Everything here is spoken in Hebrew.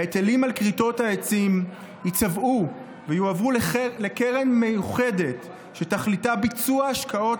ההיטלים על כריתות העצים ייצבעו ויועברו לקרן מיוחדת שתכליתה ביצוע השקעות